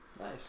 nice